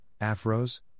afros